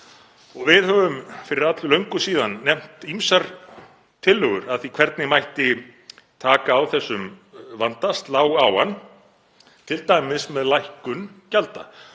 Við höfum fyrir alllöngu síðan nefnt ýmsar tillögur að því hvernig mætti taka á þessum vanda og slá á hann, t.d. með lækkun gjalda,